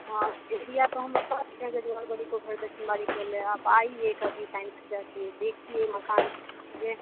हाँ एरिया तो हम बता चुके हैं जजवार बड़ी तो घर दक्षिण बाड़ी बोले हैं आप आइए कभी टाइम से आकर देखिए मकान यह